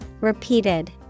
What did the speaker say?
Repeated